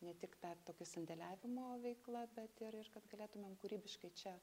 ne tik ta tokio sandėliavimo veikla bet ir ir kad galėtumėm kūrybiškai čia